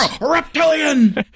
Reptilian